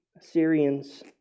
Assyrians